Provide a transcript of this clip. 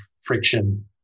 friction